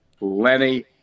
Lenny